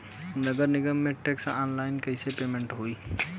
नगर निगम के टैक्स ऑनलाइन कईसे पेमेंट होई?